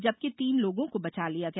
जबकि तीन लोगों को बचा लिया गया